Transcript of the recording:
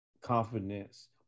confidence